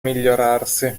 migliorarsi